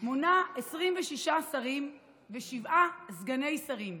מונה 26 שרים ושבעה סגני שרים.